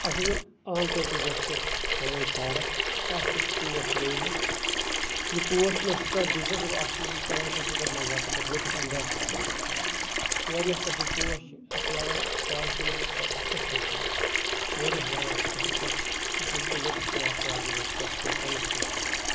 اَسہِ حظ ٲسۍ عام طور پر یُس زَن چھُ اَسہِ پنٕنۍ پارک اَتھ چھِ اَسہِ پوش ؤۍ مٕتۍ یہِ پوش چھُنہٕ اَسہِ کانہہ بِزنِس وۄنۍ گوٚو اکھ چیٖز چھِ أسۍ کران نَظاقت لُطُف اَندوز چھِ أسۍ واریاہ قٕسمٕکۍ پوش چھِ اسہِ چھِ لگان پارکہِ منٛز بَڑٕ خۄش یِم پوش واریاہ لگان چھِ خۄش أسۍ چھِ اَتھ بِلکُل لُطُف تُلان اَتھ پارکہِ منٛز اَتھ پَنٕنِس پوشہٕ باغَس